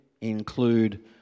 include